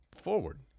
forward